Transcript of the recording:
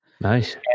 Nice